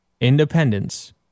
Independence